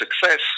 success